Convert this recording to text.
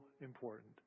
important